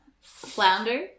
Flounder